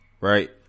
right